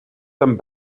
them